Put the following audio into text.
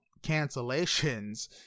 cancellations